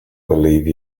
believe